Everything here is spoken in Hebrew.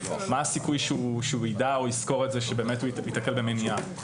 מה הסיכוי שהוא ידע או יזכור את זה שבאמת הוא ייתקל במניעה?